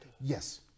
Yes